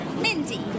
Mindy